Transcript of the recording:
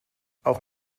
auch